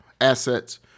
assets